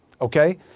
okay